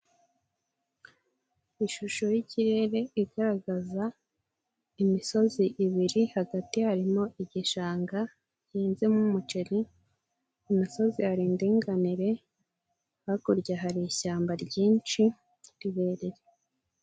Ishusho y'ikirere igaragaza imisozi ibiri, hagati harimo igishanga, gihinzemo umuceri, ku misozi hari indganire, hakurya hari ishyamba ryinshi, rirerire.